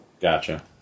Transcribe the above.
Gotcha